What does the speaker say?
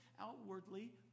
outwardly